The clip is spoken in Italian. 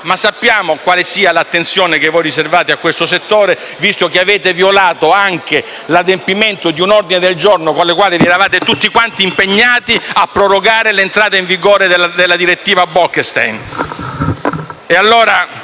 Ma sappiamo quale sia l'attenzione che voi riservate a questo settore, visto che avete violato anche l'adempimento di un ordine del giorno con il quale vi eravate tutti impegnati a prorogare l'entrata in vigore della direttiva Bolkestein.